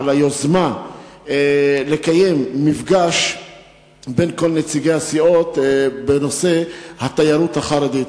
על היוזמה לקיים מפגש בין כל נציגי הסיעות בנושא התיירות החרדית.